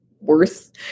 worth